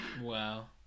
Wow